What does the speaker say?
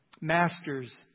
Masters